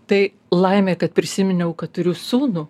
tai laimė kad prisiminiau kad turiu sūnų